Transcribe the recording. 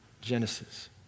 Genesis